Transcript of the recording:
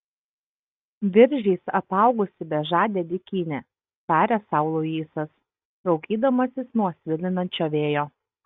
viržiais apaugusi bežadė dykynė tarė sau luisas raukydamasis nuo svilinančio vėjo